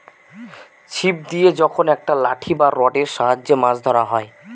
ছিপ দিয়ে যখন একটা লাঠি বা রডের সাহায্যে মাছ ধরা হয়